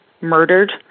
murdered